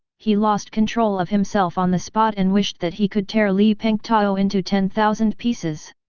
he lost control of himself on the spot and wished that he could tear li pengtao into ten thousand pieces.